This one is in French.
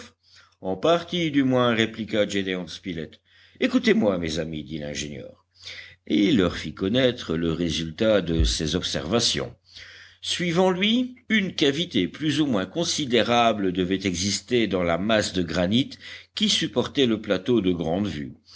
en partie du moins répliqua gédéon spilett écoutez-moi mes amis dit l'ingénieur et il leur fit connaître le résultat de ses observations suivant lui une cavité plus ou moins considérable devait exister dans la masse de granit qui supportait le plateau de